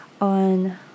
on